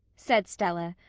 said stella,